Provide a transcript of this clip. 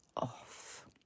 off